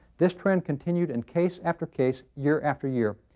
this trend continued in case after case, year after year.